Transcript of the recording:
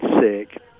sick